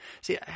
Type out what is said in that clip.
See